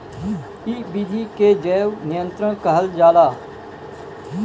इ विधि के जैव नियंत्रण कहल जाला